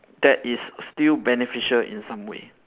that is still beneficial in some way